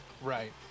Right